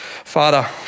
Father